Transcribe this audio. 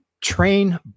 train